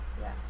Yes